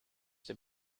they